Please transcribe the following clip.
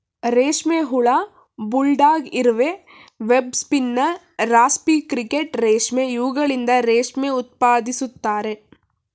ರೇಷ್ಮೆ ಹುಳ, ಬುಲ್ಡಾಗ್ ಇರುವೆ, ವೆಬ್ ಸ್ಪಿನ್ನರ್, ರಾಸ್ಪಿ ಕ್ರಿಕೆಟ್ ರೇಷ್ಮೆ ಇವುಗಳಿಂದ ರೇಷ್ಮೆ ಉತ್ಪಾದಿಸುತ್ತಾರೆ